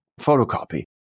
photocopy